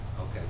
Okay